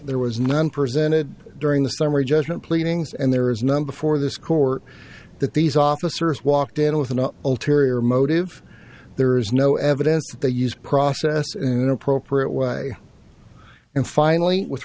was none presented during the summary judgment pleadings and there is none before this court that these officers walked in with an ulterior motive there is no evidence that they used process an inappropriate way and finally with